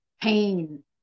pain